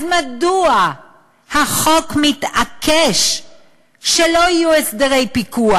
אז מדוע החוק מתעקש שלא יהיו הסדרי פיקוח?